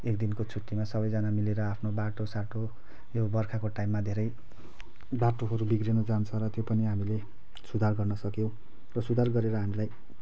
एक दिनको छुट्टीमा सबैजना मिलेर आफ्नो बाटोसाटो यो बर्खाको टाइममा धेरै बाटोहरू बिग्रिनु जान्छ र त्यो पनि हामीले सुधार गर्नसक्यो र सुधार गरेर हामीलाई